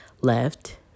left